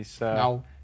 No